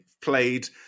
played